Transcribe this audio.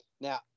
now